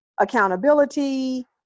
accountability